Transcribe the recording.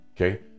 okay